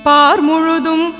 Parmurudum